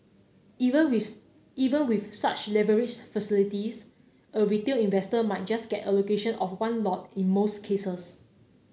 even with even with such leverage facilities a retail investor might just get allocation of one lot in most cases